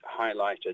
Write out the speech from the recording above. highlighted